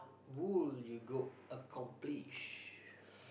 would you go accomplish